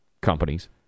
companies